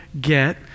get